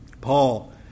Paul